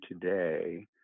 today